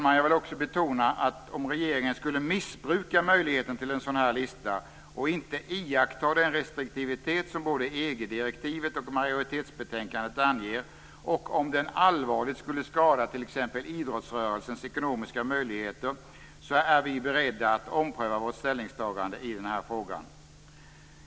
Jag vill också betona att om regeringen skulle missbruka möjligheten till en sådan här lista och inte iaktta den restriktivitet som både EG-direktivet och majoritetsbetänkandet anger, och om den allvarligt skulle skada t.ex. idrottsrörelsen ekonomiska möjligheter, är vi beredda att ompröva vårt ställningstagande i den här frågan.